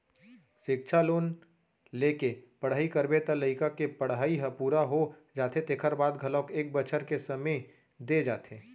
सिक्छा लोन लेके पढ़ई करबे त लइका के पड़हई ह पूरा हो जाथे तेखर बाद घलोक एक बछर के समे दे जाथे